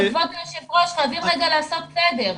כבוד היושב-ראש, חייבים רגע לעשות סדר.